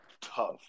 Tough